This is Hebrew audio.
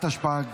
התשפ"ד